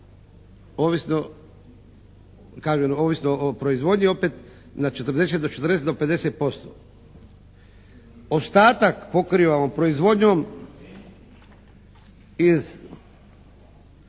ovisno o proizvodnji opet na 40, 40 do 50%. Ostatak pokrivamo proizvodnjom iz